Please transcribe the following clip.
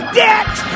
debt